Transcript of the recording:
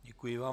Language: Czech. Děkuji vám.